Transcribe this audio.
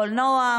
קולנוע,